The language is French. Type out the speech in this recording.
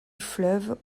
fleuve